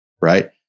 Right